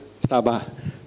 Sabah